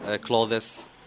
clothes